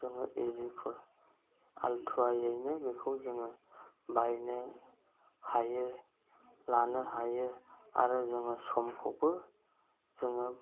जोङो एजिफोर आलथ्रायैनो बेखौ जोङो बाहायनो हायो लानो हायो आरो जोङो समखौबो जोङो